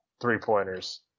three-pointers